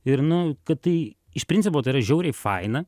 ir nu kad tai iš principo tai yra žiauriai faina